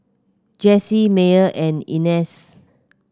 Jessy Myer and Ignatz